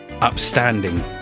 Upstanding